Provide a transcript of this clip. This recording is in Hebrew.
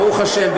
ברוך השם,